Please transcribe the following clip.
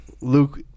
Luke